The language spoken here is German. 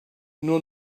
nur